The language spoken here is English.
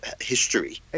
history